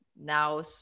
now